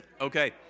Okay